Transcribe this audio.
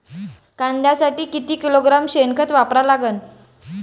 कांद्यासाठी किती किलोग्रॅम शेनखत वापरा लागन?